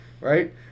right